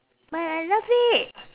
but I love it